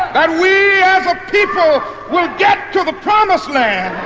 that we as a people will get to the promised land,